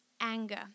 anger